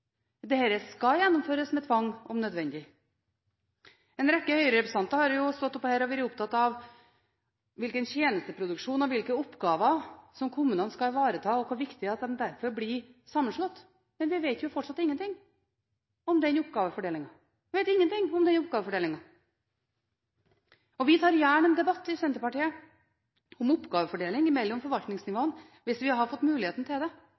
skal gjennomføres med tvang – om nødvendig. En rekke høyrerepresentanter har stått her på talerstolen og vært opptatt av hvilken tjenesteproduksjon og hvilke oppgaver som kommunene skal ivareta, og hvor viktig det er at de derfor blir sammenslått. Men vi vet jo fortsatt ingenting om den oppgavefordelingen. Vi vet ingenting om den oppgavefordelingen. Vi i Senterpartiet tar gjerne en debatt om oppgavefordeling mellom forvaltningsnivåene hvis vi får muligheten til det,